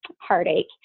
heartache